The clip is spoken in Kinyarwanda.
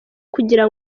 kugira